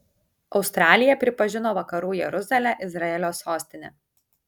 australija pripažino vakarų jeruzalę izraelio sostine